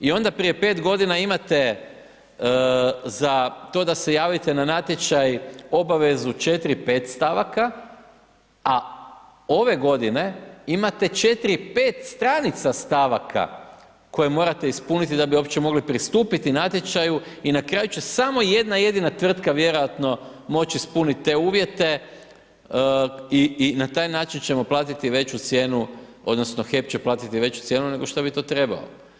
I onda prije 5 godina imate za to da se javite na natječaj, obavezu 4, 5 stavaka, a ove godine imate 4 i 5 stranica stavaka koje morate ispuniti da bi uopće mogli pristupit natječaju i na kraju će samo jedna jedina tvrtka vjerojatno moći ispuniti te uvijete i na taj način ćemo platiti veću cijenu odnosno HEP će platiti veću cijenu nego što bi to trebao.